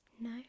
No